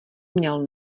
měl